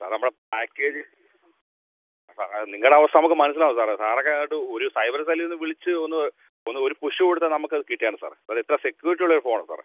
സാറേ നമ്മുടെ പാക്കേജ് സാറെ നിങ്ങളുടെ അവസ്ഥ നമുക്ക് മനസ്സിലാകും സാറേ സാറൊക്കെ അങ്ങോട്ട് ഒരു സൈബർ സെല്ലിൽ നിന്ന് വിളിച്ച് ഒന്ന് ഒന്ന് ഒരു പുഷ് കൊടുത്താൽ നമുക്കത് കിട്ടിയേനെ സാറേ കാരണമിത്ര സെക്യൂരിറ്റിയുള്ള ഒരു ഫോണാണ് സാറേ